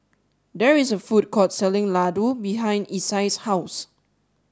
there is a food court selling Ladoo behind Isai's house